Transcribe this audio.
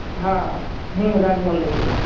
ہاں ہوں راج محل ریسٹورینٹ